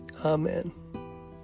Amen